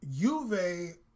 Juve